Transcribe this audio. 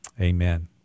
Amen